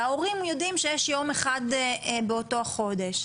וההורים יודעים שיש יום אחד באותו חודש,